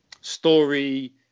Story